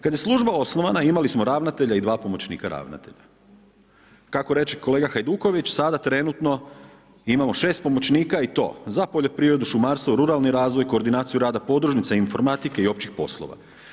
Kada je služba osnovana imali smo ravnatelja i dva pomoćnika ravnatelja, kako reče kolega Hajduković, sada trenutno imamo 6 pomoćnika i to za poljoprivredu, šumarstvo, ruralni razvoj, koordinaciju rada podružnica, informatike i općih poslova.